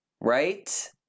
Right